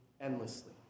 endlessly